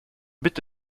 mit